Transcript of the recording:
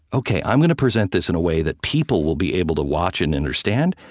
ok, i'm going to present this in a way that people will be able to watch and understand.